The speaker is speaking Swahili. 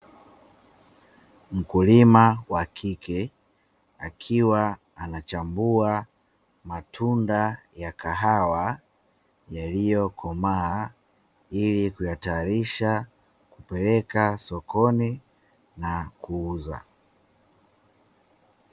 Mkulima wa kike akiwa anachambua matunda ya kahawa, yaliyokomaa ili kuyatayarisha kupeleka sokoni na kuuza.